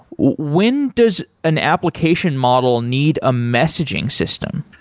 when does an application model need a messaging system?